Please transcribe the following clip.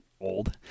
old